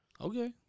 Okay